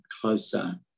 closer